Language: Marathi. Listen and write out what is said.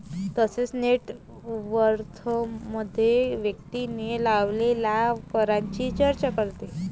तसेच नेट वर्थमध्ये व्यक्तीने लावलेल्या करांची चर्चा करते